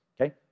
Okay